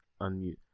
unmute